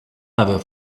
never